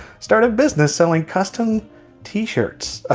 start a business selling custom t-shirts. ah